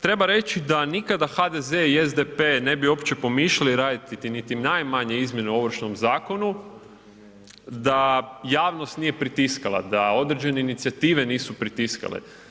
Treba reći da nikada HDZ i SDP ne bi uopće pomišljali raditi niti najmanje izmjene u Ovršnom zakonu da javnost nije pritiskala, da određene inicijative nisu pritiskale.